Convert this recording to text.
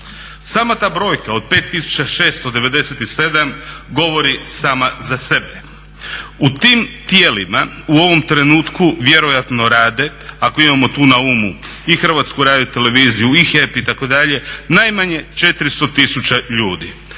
Sama ta brojka od 5.697 govori sama za sebe. U tim tijelima u ovom trenutku vjerojatno rade, ako imamo tu na umu i HRT, i HEP itd. najmanje 400 tisuća ljudi.